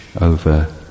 over